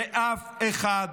ואף אחד,